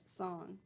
song